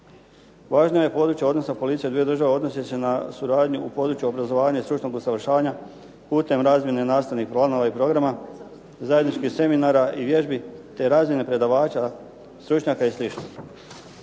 Važno područje odnosa policija dviju država odnosi se na suradnju u području obrazovanja i stručnog usavršavanja putem razmjene nastavnih planova i programa, zajedničkih seminara i vježbi te razmjene predavača, stručnjaka i